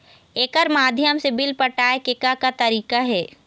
एकर माध्यम से बिल पटाए के का का तरीका हे?